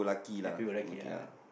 happy go lucky ah